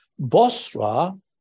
Bosra